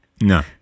No